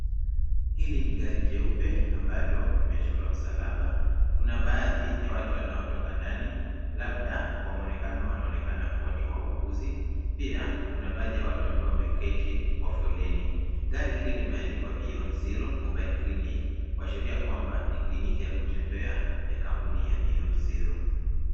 Hili ni gari jeupe ambalo imechorwa msalaba. Kuna baadhi ya watu wanaotoka ndani labda kwa mwonekano wanaonekana kuwa ni wauguzi. Pia kuna baadhi ya watu ambao wameketi kwa foleni. Gari hili limeandikwa Beyond Zero Mobile Clinic kuashiria kwamba ni kliniki ya kutembea ya kampuni ya Beyond Zero.